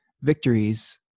victories